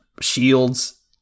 shields